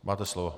Máte slovo.